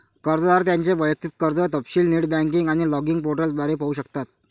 कर्जदार त्यांचे वैयक्तिक कर्ज तपशील नेट बँकिंग आणि लॉगिन पोर्टल द्वारे पाहू शकतात